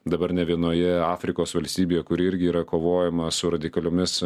dabar ne vienoje afrikos valstybėje kuri irgi yra kovojama su radikaliomis